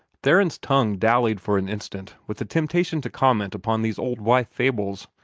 theron's tongue dallied for an instant with the temptation to comment upon these old-wife fables,